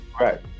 Right